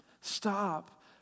Stop